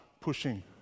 pushing